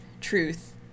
truth